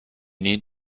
need